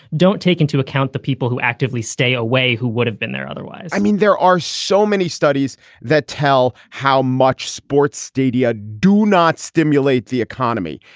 don't take into account the people who actively stay away who would have been there otherwise i mean, there are so many studies that tell how much sports stadia do not stimulate the economy.